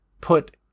put